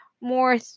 more